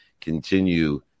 Continue